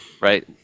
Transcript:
right